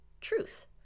truth